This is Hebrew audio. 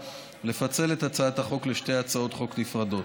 לפצל את הצעת החוק לשתי הצעות חוק נפרדות,